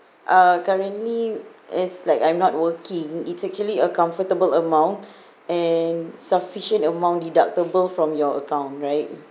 uh currently is like I'm not working it's actually a comfortable amount and sufficient among deductible from your account right